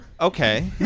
Okay